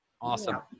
Awesome